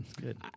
Good